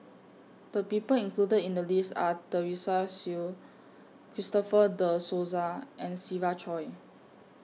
The People included in The list Are Teresa Hsu Christopher De Souza and Siva Choy